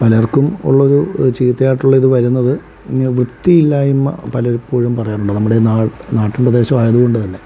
പലർക്കും ഉള്ള ഒരു ചീത്തയായിട്ടുള്ള ഇതു വരുന്നത് വൃത്തിയില്ലായ്മ പലപ്പോഴും പറയാറുണ്ട് നമ്മടെ ഈ നാട്ടിൻ പ്രദേശം ആയതുകൊണ്ട് തന്നെ